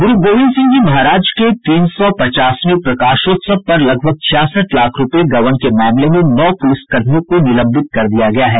गुरूगोविंद सिंहजी महाराज के तीन सौ पचासवें प्रकाशोत्सव पर लगभग छियासठ लाख रूपये गबन के मामले में नौ पुलिसकर्मियों को निलंबित कर दिया गया है